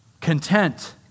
content